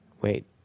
Wait